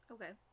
Okay